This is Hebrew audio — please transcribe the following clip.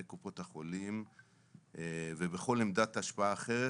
בקופות החולים ובכל עמדת השפעה אחרת,